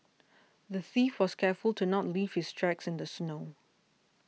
the thief was careful to not leave his tracks in the snow